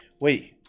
Wait